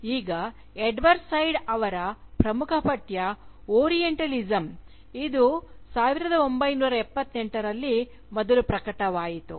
ಈಗ Edward Said ಅವರ ಪ್ರಮುಖ ಪಠ್ಯ ಓರಿಯಂಟಲಿಸಂ ಇದು 1978 ರಲ್ಲಿ ಮೊದಲು ಪ್ರಕಟವಾಯಿತು